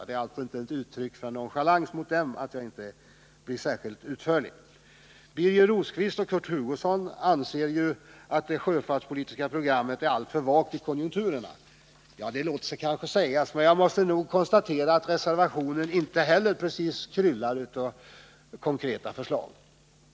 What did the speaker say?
Det är alltså inte ett uttryck för nonchalans att jag inte blir särskilt utförlig. Birger Rosqvist och Kurt Hugosson anser att det sjöfartspolitiska programmet är alltför vagt i konturerna. Det låter sig kanske sägas, men jag måste konstatera att det i reservation 1 inte heller precis ”kryllar” av konkreta förslag.